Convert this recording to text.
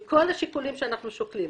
מכל השיקולים שאנחנו שוקלים,